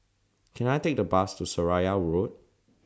Can I Take The Bus to Seraya Road